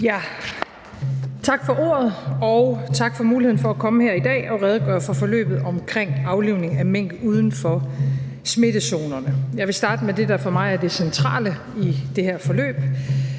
Tak for ordet, og tak for muligheden for at komme her i dag og redegøre for forløbet omkring aflivningen af mink uden for smittezonerne. Jeg vil starte med det, der for mig er det centrale i det her forløb.